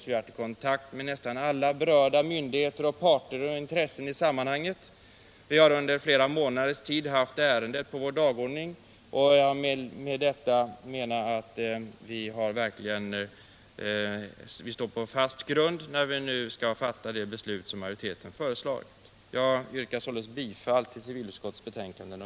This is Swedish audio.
Vi har varit i kontakt med nästan alla berörda myndigheter, parter och intressen i sammanhanget. Vi har under flera månaders tid haft ärendet på vår dagordning. Därför anser jag att majoriteten 53 samheten